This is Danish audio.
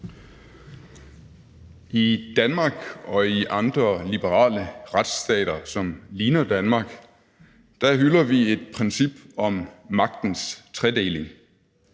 I Danmark og i andre liberale retsstater, som ligner Danmark, hylder vi et princip om magtens tredeling.